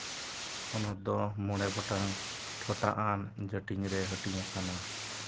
ᱯᱚᱱᱚᱛ ᱫᱚ ᱢᱚᱬᱮ ᱜᱚᱴᱟᱝ ᱴᱚᱴᱷᱟᱣᱟᱱ ᱦᱟᱹᱴᱤᱧ ᱨᱮ ᱦᱟᱹᱴᱤᱧ ᱟᱠᱟᱱᱟ